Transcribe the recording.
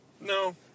no